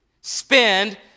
Spend